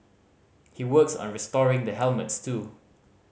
he works on restoring the helmets too